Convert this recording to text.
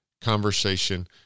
conversation